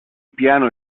piano